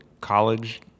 college